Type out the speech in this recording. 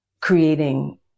creating